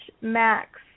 Max